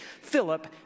Philip